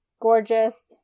Gorgeous